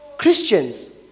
Christians